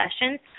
sessions